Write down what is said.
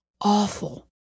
awful